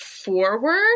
forward